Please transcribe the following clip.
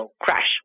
crash